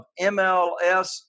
MLS